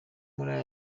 mula